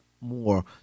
more